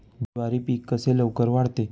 ज्वारी पीक कसे लवकर वाढते?